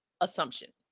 assumption